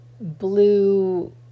blue